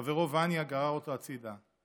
חברו וניה גרר אותו הצידה.